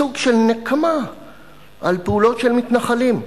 סוג של נקמה על פעולות של מתנחלים.